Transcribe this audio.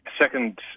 second